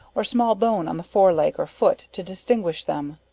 or small bone on the fore leg or foot, to distinguish them.